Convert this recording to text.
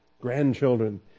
grandchildren